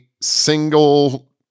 single